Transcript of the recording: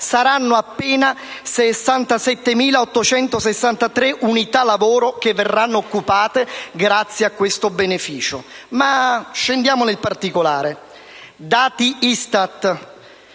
saranno appena 67.863 le unità lavoro che verranno occupate grazie a questo beneficio. Ma scendiamo nel particolare. Dati ISTAT: